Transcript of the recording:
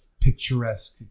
picturesque